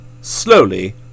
slowly